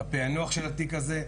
הפיענוח של התיק הזה.